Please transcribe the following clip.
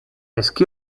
esquí